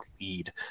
lead